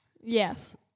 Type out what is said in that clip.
Yes